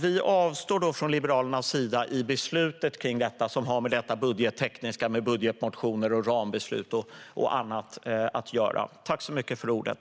Vi avstår från Liberalernas sida från att delta i beslutet. Det beror på budgettekniska frågor som har att göra med budgetmotioner, rambeslut och annat.